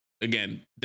again